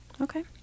Okay